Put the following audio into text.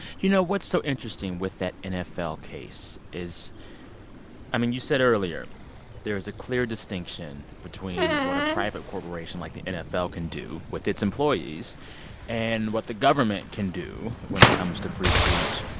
you know, what's so interesting with that nfl case is i mean, you said earlier there is a clear distinction between what a private corporation like the nfl can do with its employees and what the government can do when it comes to free speech.